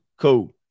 Cool